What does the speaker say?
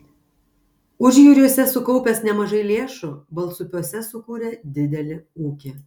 užjūriuose sukaupęs nemažai lėšų balsupiuose sukūrė didelį ūkį